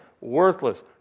worthless